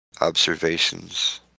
observations